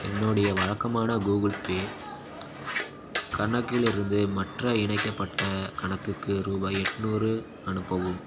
என்னுடைய வழக்கமான Google Pay கணக்கிலிருந்து மற்ற இணைக்கப்பட்ட கணக்குக்கு ரூபாய் எட்நூறு அனுப்பவும்